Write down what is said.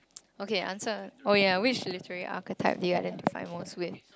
okay answer oh ya which literally architect do you identify most with